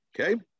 okay